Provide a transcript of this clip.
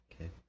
okay